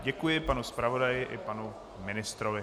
Děkuji panu zpravodaji i panu ministrovi.